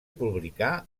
publicà